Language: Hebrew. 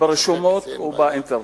ברשומות ובאינטרנט.